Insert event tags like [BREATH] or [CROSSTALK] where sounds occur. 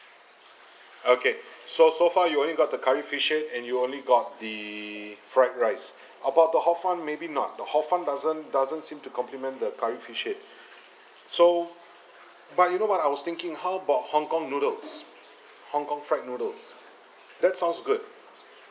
okay so so far you only got the curry fish head and you only got the fried rice [BREATH] about the hor fun maybe not the hor fun doesn't doesn't seem to compliment the curry fish head [BREATH] so but you know what I was thinking how bout hong kong noodles hong kong fried noodles that sounds good